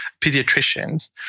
pediatricians